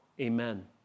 amen